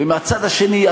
ומהצד השני,